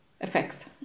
effects